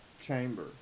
chamber